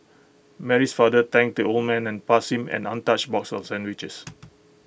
Mary's father thanked the old man and passed him an untouched box of sandwiches